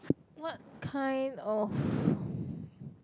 what kind of